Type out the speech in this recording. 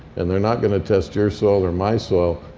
and they're not going to test your soil or my soil.